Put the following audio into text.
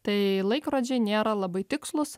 tai laikrodžiai nėra labai tikslūs